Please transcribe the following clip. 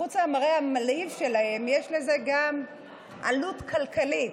שחוץ מהמראה המלהיב שלהם יש לזה גם עלות כלכלית.